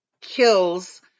kills